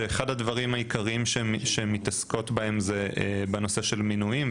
כשאחד הדברים העיקריים שהן מתעסקות בו זה נושא המינויים,